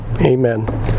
Amen